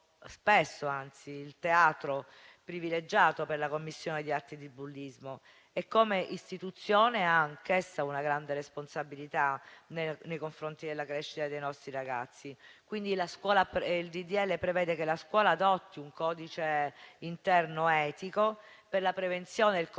spesso il teatro privilegiato per la commissione di atti di bullismo e, come istituzione, ha anch'essa una grande responsabilità nei confronti della crescita dei nostri ragazzi. Il disegno di legge prevede quindi che la scuola adotti un codice interno etico per la prevenzione e il contrasto